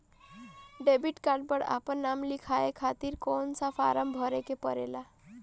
Debit card पर आपन नाम लिखाये खातिर कौन सा फारम भरे के पड़ेला?